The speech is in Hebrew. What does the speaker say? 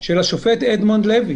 של השופט אדמונד לוי